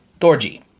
Dorji